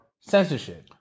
censorship